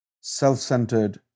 self-centered